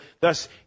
thus